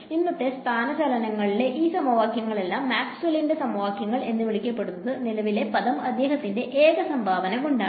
ഇന്നത്തെ സ്ഥാനചലനത്തിലെ ഈ സമവാക്യങ്ങളെല്ലാം മാക്സ്വെല്ലിന്റെ സമവാക്യങ്ങൾ എന്ന് വിളിക്കപ്പെടുന്നത് നിലവിലെ പദം അദ്ദേഹത്തിന്റെ ഏക സംഭാവന കൊണ്ടാണ്